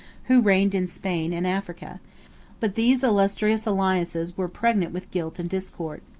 who reigned in spain and africa but these illustrious alliances were pregnant with guilt and discord.